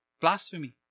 blasphemy